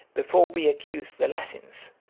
before we accuse the latins,